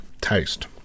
taste